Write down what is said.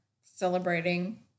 celebrating